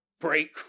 break